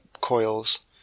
coils